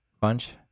bunch